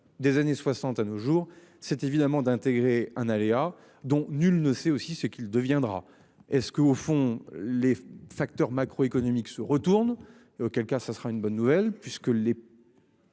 des années 60 à nos jours, c'est évidemment d'intégrer un aléa dont nul ne sait aussi ce qu'il deviendra est ce que, au fond, les facteurs macro-macroéconomiques se retourne, auquel cas ça sera une bonne nouvelle puisque les.